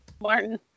Martin